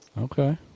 Okay